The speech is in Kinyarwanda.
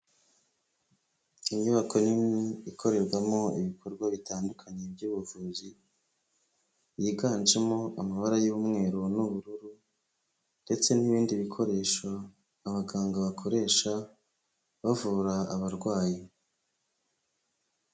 Inyubako nini ikorerwamo ibikorwa bitandukanye by'ubuvuzi, yiganjemo amabara y'umweru n'ubururu ndetse n'ibindi bikoresho abaganga bakoresha bavura abarwayi.